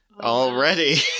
already